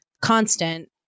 constant